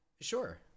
Sure